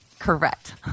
Correct